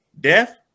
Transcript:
death